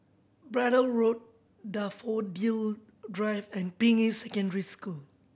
Braddell Road Daffodil Drive and Ping Yi Secondary School